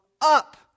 up